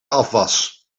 afwas